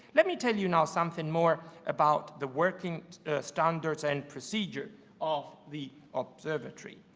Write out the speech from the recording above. let me tell you, now, something more about the working standards and procedures of the observatory.